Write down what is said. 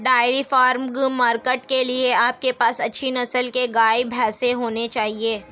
dairy farming market के लिए आपके पास अच्छी नस्ल के गाय, भैंस होने चाहिए